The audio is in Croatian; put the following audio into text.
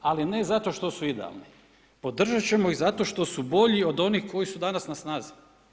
Ali ne zato što su idealni, podržati ćemo ih zato što su bolji od onih koji su danas na snazi.